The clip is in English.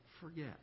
forget